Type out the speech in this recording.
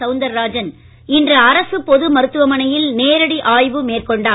சவுந்தரராஜன் இன்று அரசுப் பொது மருத்துவமனையில் நேரடி ஆய்வு மேற்கொண்டார்